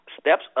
steps